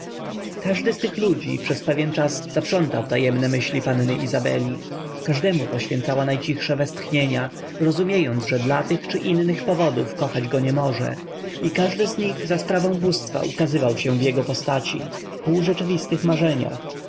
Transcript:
każdy z tych ludzi przez pewien czas zaprzątał tajemne myśli panny izabeli każdemu poświęcała najcichsze westchnienia rozumiejąc że dla tych czy innych powodów kochać go nie może i każdy z nich za sprawą bóstwa ukazywał się w jego postaci wpółrzeczywistych marzeniach